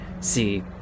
see